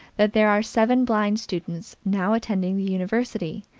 that there are seven blind students now attending the university,